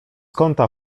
kąta